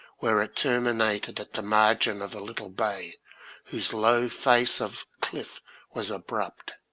where it terminated at the margin of a little bay whose low face of cliff was abrupt.